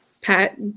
pat